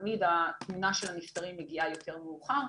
תמיד התמונה של הנפטרים מגיעה יותר מאוחר.